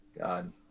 God